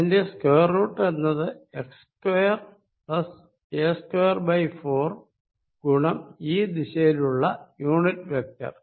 അതിന്റെ square root എന്നത് x square a square 4 ഗുണം ഈ ദിശയിലുള്ള യൂണിറ്റ് വെക്ടർ